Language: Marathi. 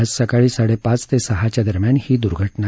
आज सकाळी साडेपाच ते सहाच्या दरम्यान ही दूर्घटना झाली